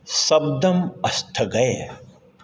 शब्दम् अस्थगय